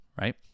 right